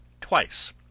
twice